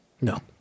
No